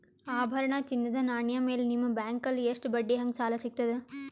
ಆಭರಣ, ಚಿನ್ನದ ನಾಣ್ಯ ಮೇಲ್ ನಿಮ್ಮ ಬ್ಯಾಂಕಲ್ಲಿ ಎಷ್ಟ ಬಡ್ಡಿ ಹಂಗ ಸಾಲ ಸಿಗತದ?